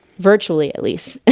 virtually at least